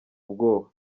ubwoba